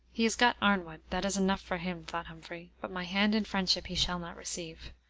he has got arnwood that is enough for him, thought humphrey but my hand in friendship he shall not receive.